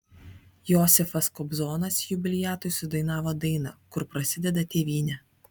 josifas kobzonas jubiliatui sudainavo dainą kur prasideda tėvynė